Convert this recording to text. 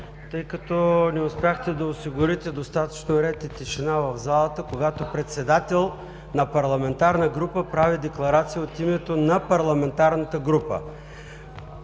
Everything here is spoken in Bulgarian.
тъй като не успяхте да осигурите достатъчно ред и тишина в залата, когато председател на парламентарна група прави декларация от името на парламентарната група.